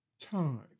time